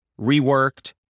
reworked